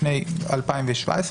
לפני 2017,